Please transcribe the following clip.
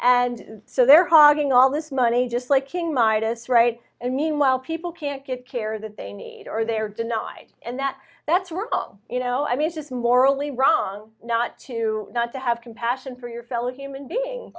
and so they're hogging all this money just like king midas right and meanwhile people can't get care that they need or they're denied and that that's were you know i mean just morally wrong not to not to have compassion for your fellow human being